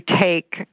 take